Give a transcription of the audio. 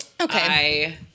okay